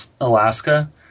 Alaska